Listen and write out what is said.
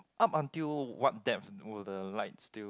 up until one deaf was the light still